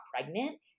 pregnant